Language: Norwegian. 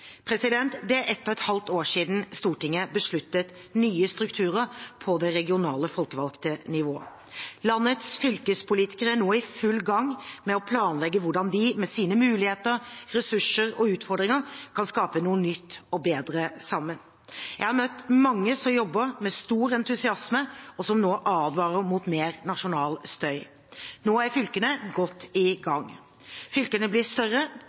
Det er ett og et halvt år siden Stortinget besluttet nye strukturer på det regionale folkevalgte nivået. Landets fylkespolitikere er nå i full gang med å planlegge hvordan de med sine muligheter, ressurser og utfordringer kan skape noe nytt og bedre sammen. Jeg har møtt mange som jobber med stor entusiasme, og som nå advarer mot mer nasjonal støy. Nå er fylkene godt i gang. Fylkene blir større,